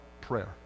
Prayer